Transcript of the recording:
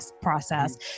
process